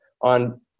on